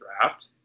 draft